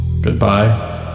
Goodbye